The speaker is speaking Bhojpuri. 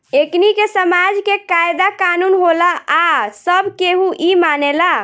एकनि के समाज के कायदा कानून होला आ सब केहू इ मानेला